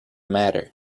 matter